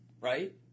right